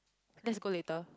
let's go later